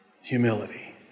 humility